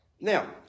Now